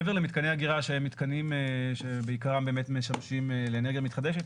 מעבר למתקני אגירה שהם מתקנים שבעיקרם באמת משמשים לאנרגיה מתחדשת,